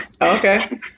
Okay